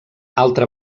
altra